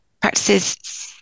practices